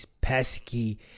pesky